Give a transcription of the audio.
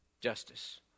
justice